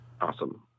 awesome